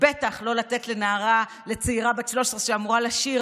ובטח לא לתת לנערה צעירה בת 13 שאמורה לשיר,